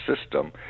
system